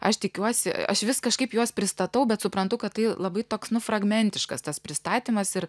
aš tikiuosi aš vis kažkaip juos pristatau bet suprantu kad tai labai toks nu fragmentiškas tas pristatymas ir